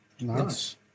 Nice